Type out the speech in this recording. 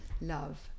love